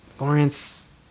Lawrence